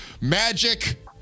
Magic